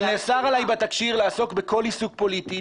אבל נאסר עליי בתקשי"ר לעסוק בכל עיסוק פוליטי,